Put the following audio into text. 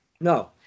No